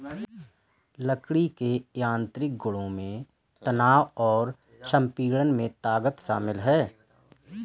लकड़ी के यांत्रिक गुणों में तनाव और संपीड़न में ताकत शामिल है